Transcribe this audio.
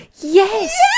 yes